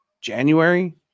January